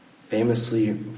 famously